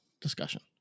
discussion